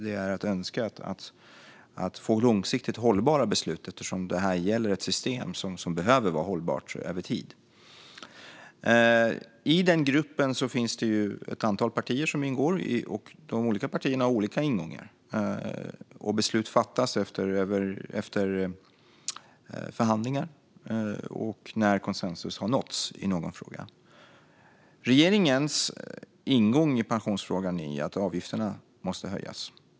Det är önskvärt att få långsiktigt hållbara beslut, eftersom det här gäller ett system som behöver vara hållbart över tid. I Pensionsgruppen ingår ett antal partier, och de har olika ingångar. Beslut fattas efter förhandlingar när konsensus nåtts i någon fråga. Regeringens ingång i pensionsfrågan är att avgifterna måste höjas.